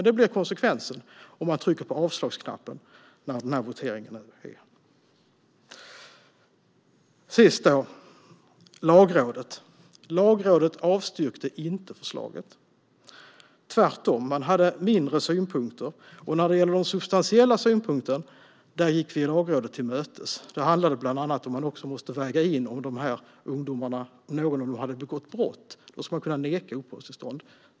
Det blir konsekvensen om man trycker på avslagsknappen när voteringen äger rum. Till sist ska jag säga något om Lagrådet. Lagrådet avstyrkte inte förslaget. Tvärtom hade de bara mindre synpunkter. När det gäller de substantiella synpunkterna gick vi Lagrådet till mötes. Det handlade bland annat om att man måste väga in om någon av ungdomarna hade begått brott och att man då kan neka uppehållstillstånd.